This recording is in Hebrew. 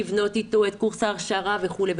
לבנות איתו את קורס ההכשרה וכולי.